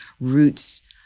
roots